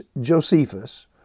Josephus